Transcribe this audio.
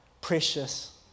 precious